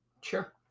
sure